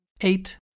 eight